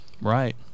right